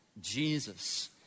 Jesus